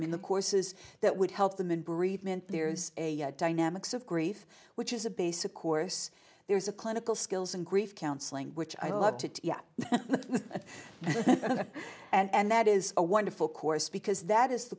mean the courses that would help them in breed men there's a dynamics of grief which is a basic course there's a clinical skills and grief counseling which i love to yeah and that is a wonderful course because that is the